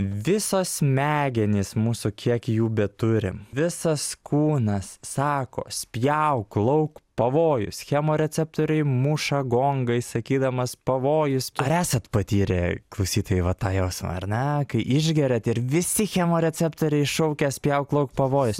visos smegenys mūsų kiek jų beturi visas kūnas sako spjauk lauk pavojus chemoreceptoriai muša gongai sakydamas pavojus ar esat patyrę klausytojai va tą jausmą ar ne kai išgeriat ir visi chemoreceptoriai šaukia spjauk lauk pavojus